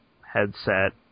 headset